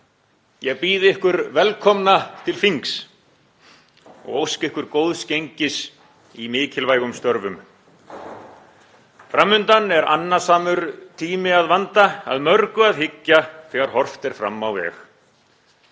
Ég býð ykkur velkomna til þings og óska ykkur góðs gengis í mikilvægum störfum. Fram undan er annasamur tími að vanda, að mörgu að hyggja þegar horft er fram á veg.